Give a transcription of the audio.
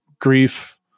grief